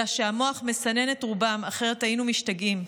אלא שהמוח מסנן את רובם, אחרת היינו משתגעים.